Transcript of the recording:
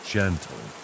gentle